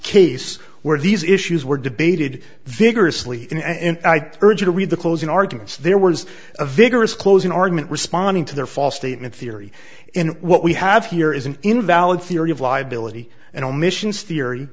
case where these issues were debated vigorously and i urge you to read the closing arguments there was a vigorous closing argument responding to their false statement theory in what we have here is an invalid theory of liability and omissions theory